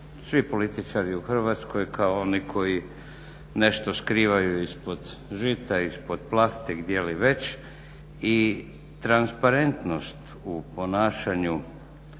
svi političari u Hrvatskoj kao oni koji nešto skrivaju ispod žita, ispod plahte gdje li već i transparentnost u ponašanju